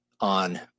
on